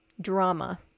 drama